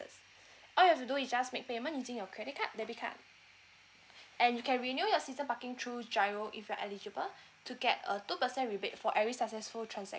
all you have to do is just make payment using your credit card debit card and you can renew your season parking through G_I_R_O if you're eligible to get a two percent rebate for every successful transaction